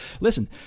listen